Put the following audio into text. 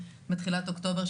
מתחילת אוקטובר,